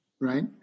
Right